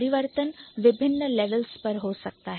परिवर्तन विभिन्न levels level पर हो सकता है